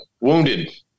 wounded